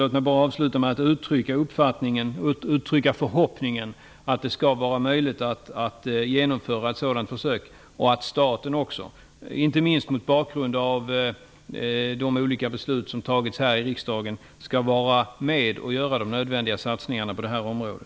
Låt mig avsluta med att uttrycka förhoppningen att det skall vara möjligt att genomföra ett sådant försök och att också staten, inte minst mot bakgrund av de olika beslut som fattats i riksdagen, skall vara med och göra de nödvändiga satsningarna på det här området.